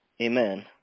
Amen